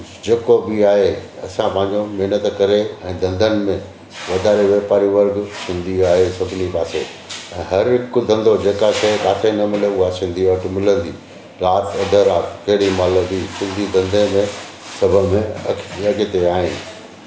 जेको बि आहेअसां पंहिंजो महिनतु करे ऐं धंधनि में वाधारे वापारी वर्ग कुझु सिंधी आहे सभिनी पासे त हर हिकु धंधो जेका शइ किथे न मिले उहा सिंधी वटि मिलंदी राति अधु राति केॾी महिल बि सिंधी धंधे में सभ में अॻिते आहिनि